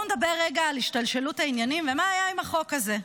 בואו נדבר רגע על השתלשלות העניינים ומה היה עם החוק הזה,